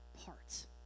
parts